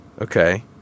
Okay